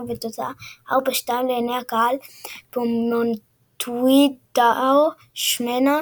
בתוצאה 4 - 2 לעיני קהל במונטווידאו שמנה